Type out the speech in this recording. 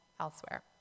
elsewhere